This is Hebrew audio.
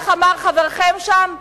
איך אמר חברכם שם?